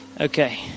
Okay